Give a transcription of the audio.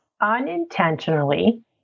unintentionally